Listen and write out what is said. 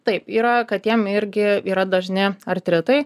taip yra katėm irgi yra dažni artritai